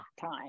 time